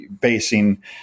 basing